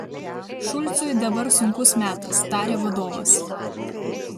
šulcui dabar sunkus metas tarė vadovas